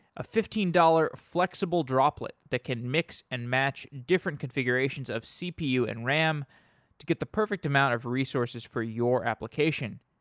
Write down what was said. a fifteen dollars flexible droplet that can mix and match different configurations of cpu and ram to get the perfect amount of resources for your application.